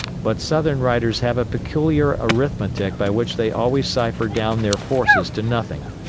but southern writers have a peculiar arithmetic by which they always cipher down their forces to nothing.